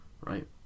right